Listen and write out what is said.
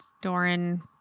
Doran